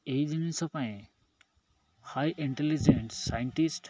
ଏହି ଜିନିଷ ପାଇଁ ହାଇ ଇଣ୍ଟେଲିଜେଣ୍ଟ ସାଇଣ୍ଟିଷ୍ଟ